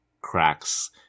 cracks